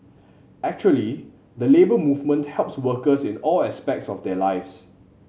actually the Labour Movement helps workers in all aspects of their lives